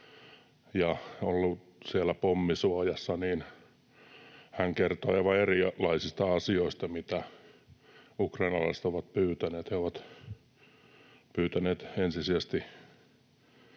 oli ollut siellä pommisuojassa, niin hän kertoi aivan erilaisista asioista, mitä ukrainalaiset ovat pyytäneet. He ovat pyytäneet ensisijaisesti